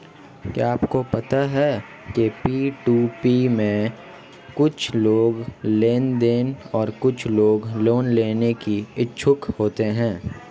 क्या आपको पता है पी.टू.पी में कुछ लोग लोन देने और कुछ लोग लोन लेने के इच्छुक होते हैं?